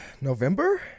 November